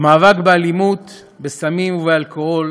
המאבק באלימות, בסמים ובאלכוהול